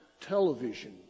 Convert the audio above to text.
television